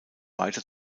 weiter